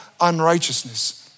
unrighteousness